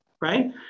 right